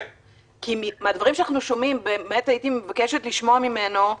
מהדברים שאנחנו שומעים, הייתי מבקשת לשמוע ממנו: